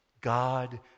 God